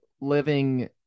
living